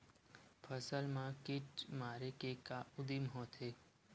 फसल मा कीट मारे के का उदिम होथे?